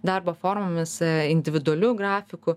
darbo formomis individualiu grafiku